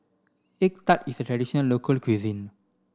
egg tart is a traditional local cuisine